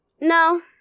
No